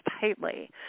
tightly